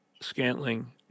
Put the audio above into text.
Scantling